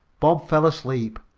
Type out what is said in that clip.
bob fell asleep,